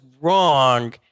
wrong